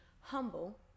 humble